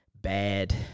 bad